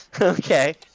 Okay